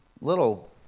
little